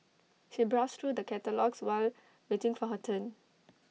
she browsed through the catalogues while waiting for her turn